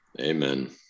Amen